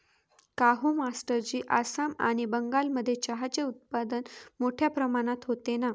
काहो मास्टरजी आसाम आणि बंगालमध्ये चहाचे उत्पादन मोठया प्रमाणात होते ना